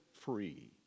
free